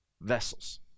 vessels